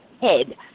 head